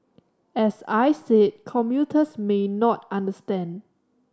as I said commuters may not understand